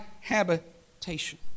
habitation